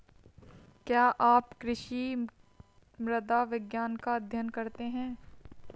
क्या आप कृषि मृदा विज्ञान का अध्ययन करते हैं?